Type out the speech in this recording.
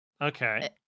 Okay